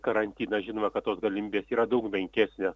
karantinas žinoma kad tos galimybės yra daug menkesnės